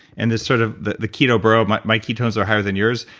and this sort of, the keto-bro, my my ketones are higher than yours,